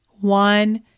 one